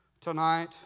tonight